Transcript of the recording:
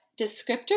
descriptor